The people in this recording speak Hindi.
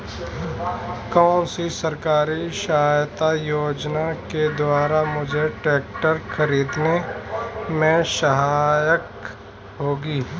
कौनसी सरकारी सहायता योजना के द्वारा मुझे ट्रैक्टर खरीदने में सहायक होगी?